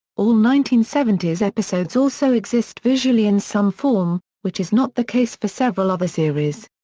all nineteen seventy s episodes also exist visually in some form, which is not the case for several other series.